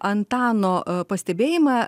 antano pastebėjimą